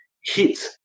Heat